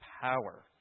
power